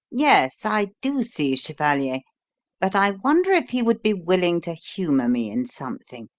yes, i do see, chevalier but i wonder if he would be willing to humour me in something?